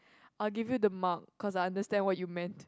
I'll give you the mark cause I understand what you meant